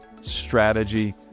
strategy